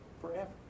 forever